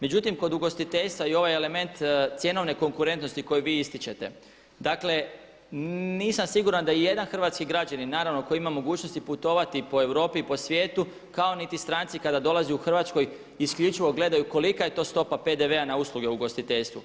Međutim, kod ugostiteljstva i ovaj element cjenovne konkurentnosti koji vi ističete, dakle nisam siguran da i jedan hrvatski građanin naravno koji ima mogućnosti putovati po Europi i po svijetu kao niti stranci kada dolazi u Hrvatsku isključivo gledaju kolika je to stopa PDV-a na usluge u ugostiteljstvu.